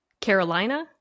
Carolina